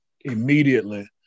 immediately